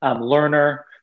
learner